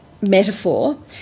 metaphor